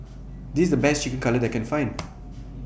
This IS The Best Chicken Cutlet that I Can Find